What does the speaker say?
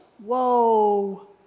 Whoa